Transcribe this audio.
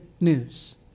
news